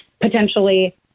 potentially